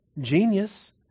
Genius